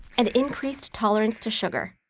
and increased tolerance to sugar.